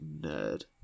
nerd